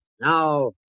Now